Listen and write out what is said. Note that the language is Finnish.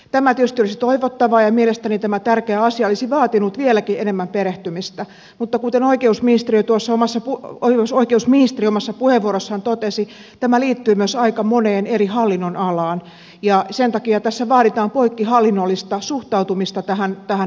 tämä tietysti olisi toivottavaa ja mielestäni tämä tärkeä asia olisi vaatinut vieläkin enemmän perehtymistä mutta kuten oikeusministeri tuo sama se on myös oikeusministeri omassa puheenvuorossaan totesi tämä liittyy myös aika moneen eri hallinnonalaan ja sen takia vaaditaan poikkihallinnollista suhtautumista tähän ongelmaan